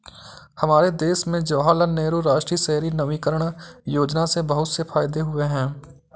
हमारे देश में जवाहरलाल नेहरू राष्ट्रीय शहरी नवीकरण योजना से बहुत से फायदे हुए हैं